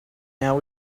now